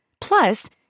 Plus